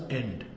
end